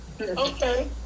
Okay